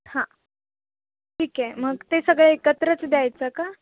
हां ठीक आहे मग ते सगळं एकत्रच द्यायचं का